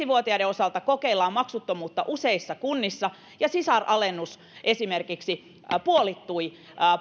vuotiaiden osalta kokeillaan maksuttomuutta useissa kunnissa ja esimerkiksi sisaralennus puolittui